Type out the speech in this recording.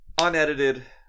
unedited